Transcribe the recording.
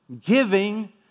Giving